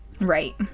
Right